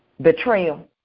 Betrayal